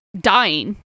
dying